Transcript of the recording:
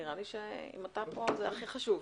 נראה לי שאם אתה פה זה הכי חשוב.